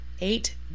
eight